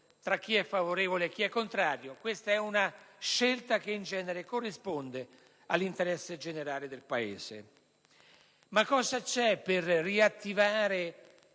tra chi è favorevole e chi è contrario, ma è una scelta che in genere corrisponde all'interesse generale del Paese. Cosa c'è per riattivare